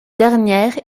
dernière